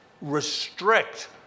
restrict